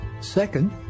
Second